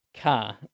car